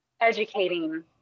educating